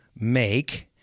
make